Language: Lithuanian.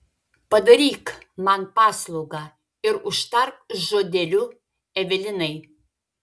padaryk man paslaugą ir užtark žodeliu evelinai